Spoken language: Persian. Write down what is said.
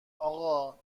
آقا